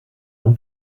non